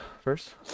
first